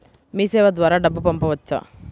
మీసేవ ద్వారా డబ్బు పంపవచ్చా?